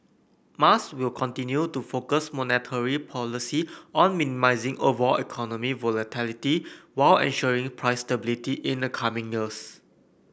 Mas will continue to focus monetary policy on minimising overall economic volatility while ensuring price stability in the coming years